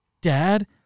Dad